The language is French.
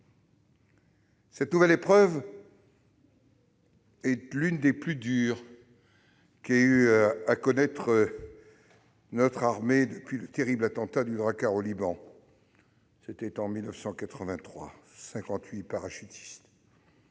Cette nouvelle épreuve est l'une des plus dures qu'ait eue à connaître notre armée depuis le terrible attentat du Drakkar au Liban, en octobre 1983, qui avait